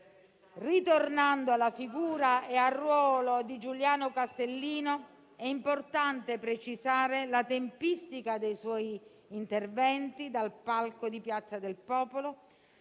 Ritornando alla figura e al ruolo di Giuliano Castellino, è importante precisare la tempistica dei suoi interventi dal palco di Piazza del Popolo,